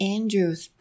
Andrews